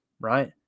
right